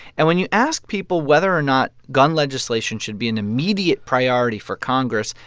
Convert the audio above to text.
and when you ask people whether or not gun legislation should be an immediate priority for congress,